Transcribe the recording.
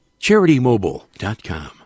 CharityMobile.com